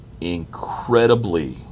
incredibly